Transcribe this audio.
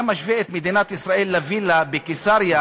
אתה משווה את מדינת ישראל לווילה בקיסריה,